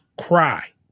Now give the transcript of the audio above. cry